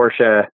Porsche